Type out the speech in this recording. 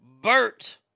Bert